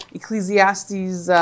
Ecclesiastes